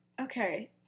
Okay